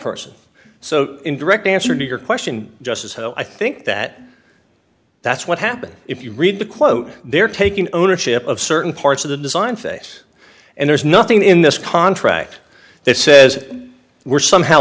person so in direct answer to your question just as how i think that that's what happened if you read the quote they're taking ownership of certain parts of the design phase and there's nothing in this contract that says we're somehow